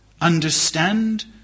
understand